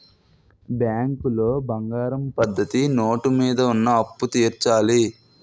బ్యాంకులో బంగారం పద్ధతి నోటు మీద ఉన్న అప్పు తీర్చాలి